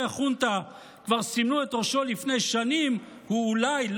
החונטה כבר סימנו את ראשו לפני שנים הוא אולי,